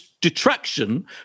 detraction